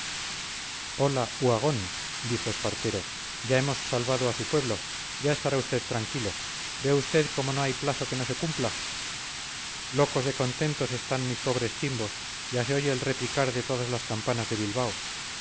hola uhagón dijo espartero ya hemos salvado a su pueblo ya estará usted tranquilo ve usted cómo no hay plazo que no se cumpla locos de contentos están mis pobres chimbos ya se oye el repicar de todas las campanas de bilbao